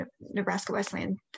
Nebraska-Westland